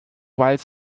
while